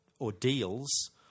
ordeals